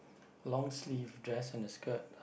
long sleeve dress and a skirt